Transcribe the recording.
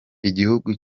igihugu